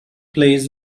plays